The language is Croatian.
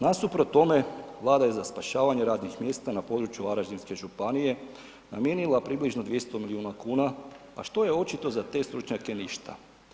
Nasuprot tome Vlada je za spašavanje radnih mjesta na području Varaždinske županije namijenila približno 200 miliona kuna, a što je očito za te stručnjake ništa.